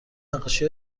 نقاشی